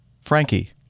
Frankie